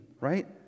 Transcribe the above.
Right